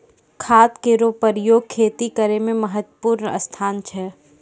खाद केरो प्रयोग खेती करै म महत्त्वपूर्ण स्थान छै